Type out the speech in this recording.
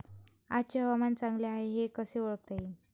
आजचे हवामान चांगले हाये हे कसे ओळखता येईन?